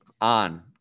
on